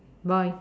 boy